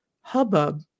hubbub